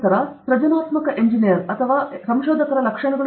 ನಂತರ ಸೃಜನಾತ್ಮಕ ಎಂಜಿನಿಯರ್ ಅಥವಾ ಸಂಶೋಧಕರ ಲಕ್ಷಣಗಳು